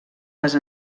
les